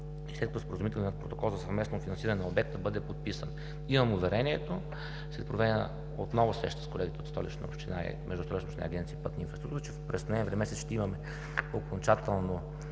след като споразумителният протокол за съвместно финансиране на обекта бъде подписан. Имам уверението след проведена отново среща между колегите от Столична община и Агенция „Пътна инфраструктура“, че през месец ноември ще имаме окончателно